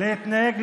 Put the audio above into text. הוא לא שוויוני,